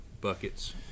buckets